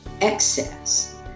excess